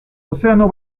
ozeano